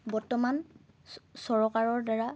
বৰ্তমান চৰকাৰৰ দ্বাৰা